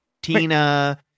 Tina